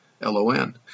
L-O-N